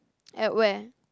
at where